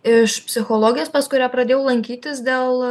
iš psichologės pas kurią pradėjau lankytis dėl